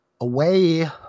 away